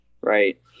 right